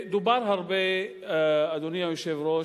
השבוע דובר הרבה, אדוני היושב-ראש,